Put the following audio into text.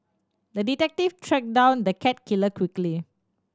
the detective tracked down the cat killer quickly